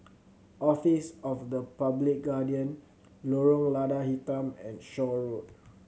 Office of the Public Guardian Lorong Lada Hitam and Shaw Road